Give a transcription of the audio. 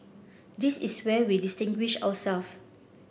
this is where we distinguish ourselves